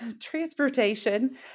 transportation